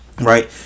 Right